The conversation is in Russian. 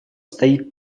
стоит